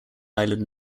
island